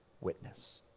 witness